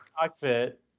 cockpit